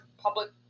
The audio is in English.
public